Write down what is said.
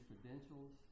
credentials